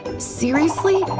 seriously?